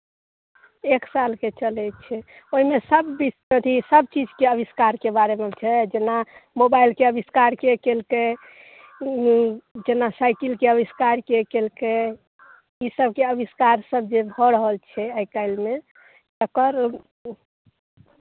एक सालके चलै छै ओहिमे सभ अथी सभचीजके आविष्कारके बारेमे छै जेना मोबाइलके आविष्कार के केलकै जेना साइकिलके आविष्कार के केलकै ई सभके आविष्कारसभ जे भऽ रहल छै आइ काल्हिमे तकर